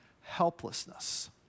helplessness